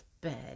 bed